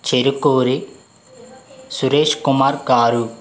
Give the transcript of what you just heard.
చెరుకూరి సురేష్ కుమార్ గారు